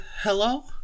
Hello